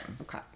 Okay